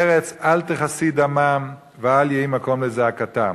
ארץ אל תכסי דמם ואל יהי מקום לזעקתם.